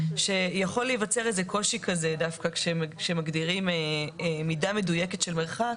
שיכול להיווצר קושי כשמגדירים מידה מדויקת של מרחק,